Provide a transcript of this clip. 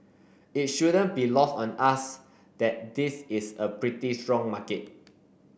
it shouldn't be lost on us that this is a pretty strong market